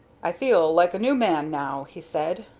i feel like a new man now, he said,